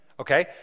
Okay